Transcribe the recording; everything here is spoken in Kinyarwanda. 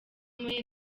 muri